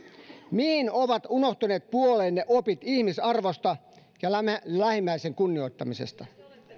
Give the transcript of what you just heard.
mihin ovat unohtuneet puolueenne opit ihmisarvosta ja lähimmäisen kunnioittamisesta